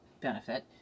benefit